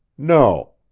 no.